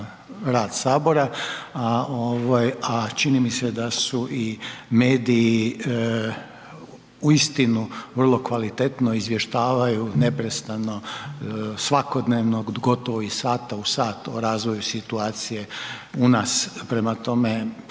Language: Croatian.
a ovaj, a čini mi se da su i mediji uistinu vrlo kvalitetno izvještavaju neprestano, svakodnevno gotovo iz sata u sat o razvoju situacije u nas. Prema tome,